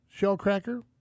shellcracker